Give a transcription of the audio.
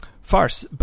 farce